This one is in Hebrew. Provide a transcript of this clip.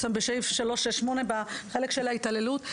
בסעיף 368 בחלק של ההתעללות.